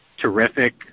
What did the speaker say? terrific